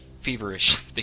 feverish